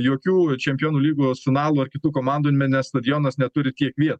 jokių čempionų lygos finalo ar kitų komandų nes stadionas neturi tiek vietos